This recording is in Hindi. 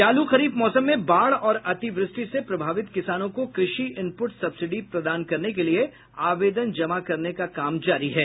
चालू खरीफ मौसम में बाढ़ और अतिवृष्टि से प्रभावित किसानों को कृषि इनपुट सब्सिडी प्रदान करने के लिए आवेदन जमा करने का काम जारी है